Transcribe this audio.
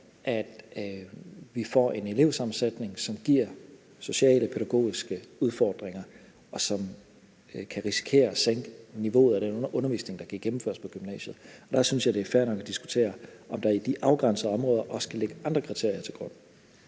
at vi får en elevsammensætning, som giver sociale, pædagogiske udfordringer, og som kan risikere at sænke niveauet af den undervisning, der kan gennemføres på gymnasiet. Der synes jeg, det er fair nok at diskutere, om der i de afgrænsede områder også kan ligge andre kriterier til grund.